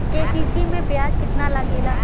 KCC में ब्याज कितना लागेला?